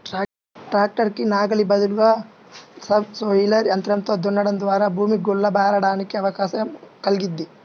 tractor కి నాగలి బదులుగా సబ్ సోయిలర్ యంత్రంతో దున్నడం ద్వారా భూమి గుల్ల బారడానికి అవకాశం కల్గిద్ది